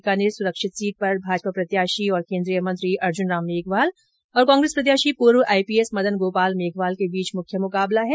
बीकानेर सुरक्षित सीट पर भाजपा प्रत्याशी केन्द्रीय मंत्री अुर्जन राम मेघवाल और कांग्रेस प्रत्याशी पूर्व आईपीएस मदन गोपाल मेघवाल के बीच मुख्य मुकाबला है